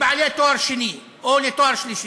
לבעלי תואר שני או לתואר שלישי?